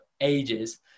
ages